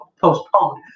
postponed